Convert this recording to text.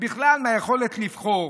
ובכלל מהיכולת לבחור.